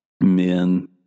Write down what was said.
men